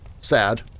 Sad